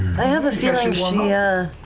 i have a feeling she. ah